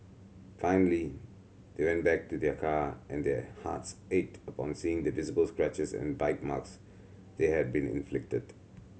finally they went back to their car and their hearts ached upon seeing the visible scratches and bite marks they had been inflicted